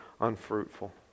unfruitful